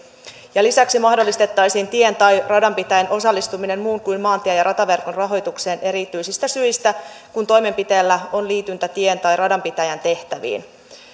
lisäksi mahdollistettaisiin tien tai radanpitäjän osallistuminen muun kuin maantie ja ja rataverkon rahoitukseen erityisistä syistä kun toimenpiteellä on liityntä tien tai radanpitäjän tehtäviin